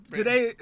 today